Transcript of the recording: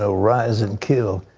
ah rise and kill.